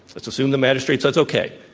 let's assume the magistrate says okay.